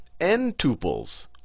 n-tuples